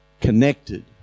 connected